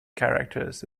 characters